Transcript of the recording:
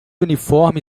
uniforme